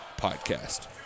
Podcast